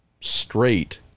straight